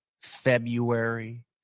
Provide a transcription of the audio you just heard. February